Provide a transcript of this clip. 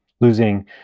losing